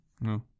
No